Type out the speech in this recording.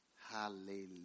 Hallelujah